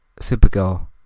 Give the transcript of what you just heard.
Supergirl